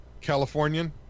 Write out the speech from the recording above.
Californian